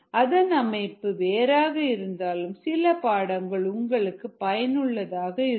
அதன் அமைப்பு வேறாக இருந்தாலும் சில பாடங்கள் உங்களுக்கு பயனுள்ளதாக இருக்கும்